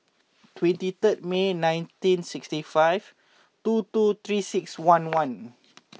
twenty third May nineteen sixty five two two three six one one